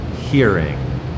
hearing